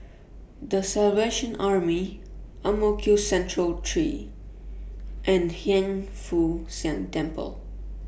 The Salvation Army Ang Mo Kio Central three and Hiang Foo Siang Temple